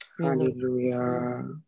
Hallelujah